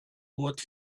what